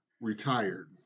retired